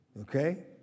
Okay